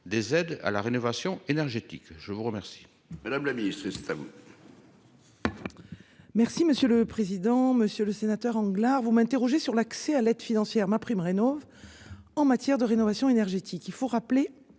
des aides à la rénovation énergétique. Je vous remercie.